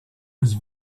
was